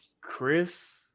Chris